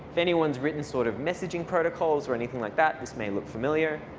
if anyone's written sort of messaging protocols or anything like that, this may look familiar.